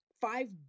five